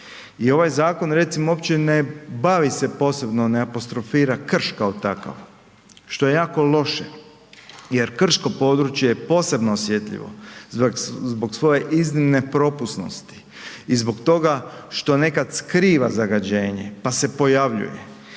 i ovaj zakon recimo uopće ne bavi se posebno ne apostrofira krš kao takav, što je jako loše jer krško područje je posebno osjetljivo zbog svoje iznimne propusnosti i zbog toga što nekad skriva zagađenje pa se pojavljuje